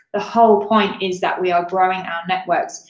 the whole point is that we are growing our networks,